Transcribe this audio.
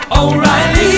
O'Reilly